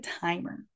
timer